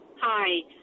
Hi